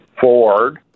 Ford